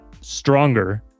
stronger